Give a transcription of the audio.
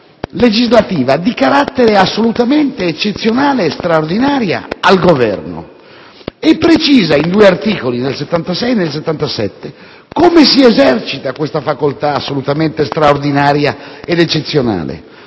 legislativa di carattere assolutamente eccezionale e straordinaria al Governo e precisa in due articoli, nel 76 e nel 77, come si esercita tale facoltà assolutamente straordinaria ed eccezionale,